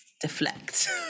deflect